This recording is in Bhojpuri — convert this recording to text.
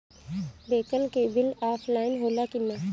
केबल के बिल ऑफलाइन होला कि ना?